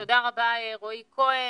תודה רבה, רועי כהן.